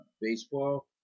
baseball